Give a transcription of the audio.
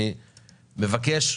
אני מבקש,